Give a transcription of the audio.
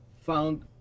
found